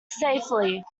safely